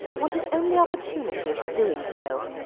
wanted only opportunity for doing so.